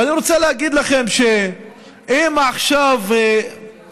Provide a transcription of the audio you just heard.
ואני רוצה להגיד לכם שאם עכשיו הטרמינולוגיה